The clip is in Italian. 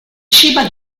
ciba